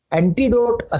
antidote